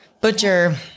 butcher